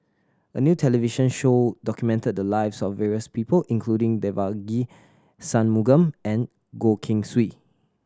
a new television show documented the lives of various people including Devagi Sanmugam and Goh Keng Swee